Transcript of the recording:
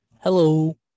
Hello